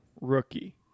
rookie